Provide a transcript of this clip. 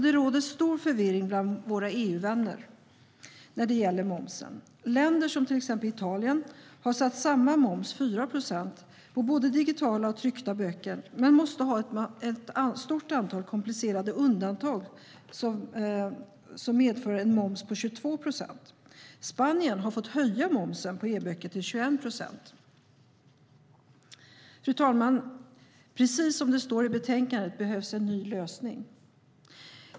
Det råder en stor förvirring bland våra EU-vänner när det gäller momsen. Länder som till exempel Italien har satt samma moms, 4 procent, på både digitala och tryckta böcker, men man måste ha ett stort antal komplicerade undantag som medför en moms på 22 procent. Spanien har höjt momsen på e-böcker till 21 procent. Fru talman! Precis som det står i betänkandet behövs det en ny lösning.